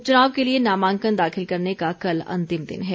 उपचुनाव के लिए नामांकन दाखिल करने का कल अंतिम दिन है